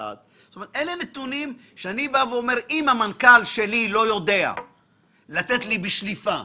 אם המנכ"ל לא יודע לתת לי בשליפה